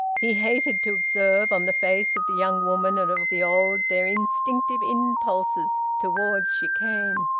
he hated to observe on the face of the young woman and of the old their instinctive impulses towards chicane,